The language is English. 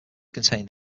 contained